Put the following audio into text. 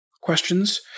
questions